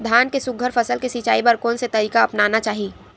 धान के सुघ्घर फसल के सिचाई बर कोन से तरीका अपनाना चाहि?